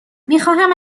میخواهم